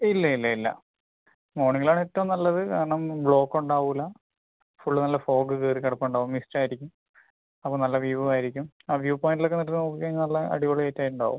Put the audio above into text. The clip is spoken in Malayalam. ഇല്ല ഇല്ല ഇല്ല മോർണിങ്ങിലാണ് ഏറ്റവും നല്ലത് കാരണം ബ്ലോക്ക് ഉണ്ടാവില്ല ഫുൾ നല്ല ഫോഗ് കയറി കിടപ്പുണ്ടാകും മിസ്റ്റ് ആയിരിക്കും അപ്പോൾ നല്ല വ്യൂ ആയിരിക്കും ആ വ്യൂ പോയിന്റിലൊക്കെ നിന്ന് നോക്കി കഴിഞ്ഞാൽ നല്ല അടിപൊളി ആയിട്ട് ഉണ്ടാവും